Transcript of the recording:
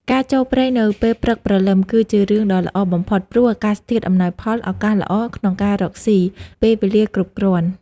ការចូលព្រៃនៅពេលព្រឹកព្រលឹម គឺជារឿងដ៏ល្អបំផុត ព្រោះ អាកាសធាតុអំណោយផល ឱកាសល្អក្នុងការរកស៊ី ពេលវេលាគ្រប់គ្រាន់ ។